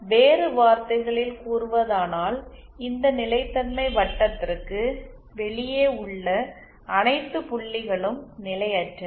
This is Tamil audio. வேறு வார்த்தைகளில் கூறுவதானால் இந்த நிலைத்தன்மை வட்டத்திற்கு வெளியே உள்ள அனைத்து புள்ளிகளும் நிலையற்றவை